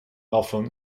northern